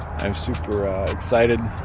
i'm super ah excited